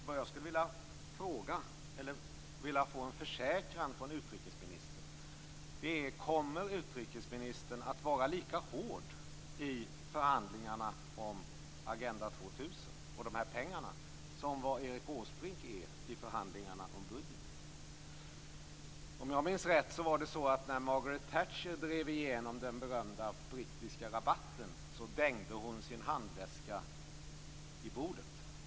Vad jag skulle vilja fråga, och få en försäkran av utrikesministern om, är: Kommer utrikesministern att vara lika hård i förhandlingarna om Agenda 2000 och de här pengarna som Erik Åsbrink är i förhandlingarna om budgeten? Om jag minns rätt var det så att när Margaret Thatcher drev igenom den berömda brittiska rabatten dängde hon sin handväska i bordet.